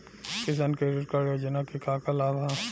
किसान credit card योजना के का का लाभ ह?